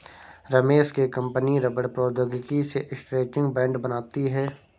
रमेश की कंपनी रबड़ प्रौद्योगिकी से स्ट्रैचिंग बैंड बनाती है